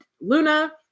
Luna